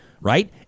right